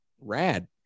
rad